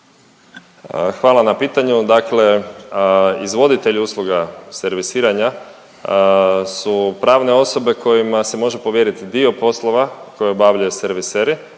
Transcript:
Hvala na pitanju, dakle izvoditelji usluga servisiranja su pravne osobe kojima se može povjeriti dio poslova koje obavljaju serviseri,